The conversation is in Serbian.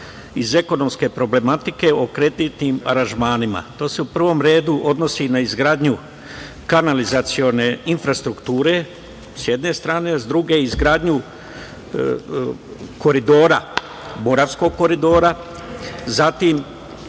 iz ekonomske problematike o kreditnim aranžmanima. To se u prvom redu odnosi na izgradnju kanalizacione infrastrukture sa jedne strane, a sa druge na izgradnju Moravskog koridora, zatim